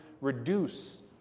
reduce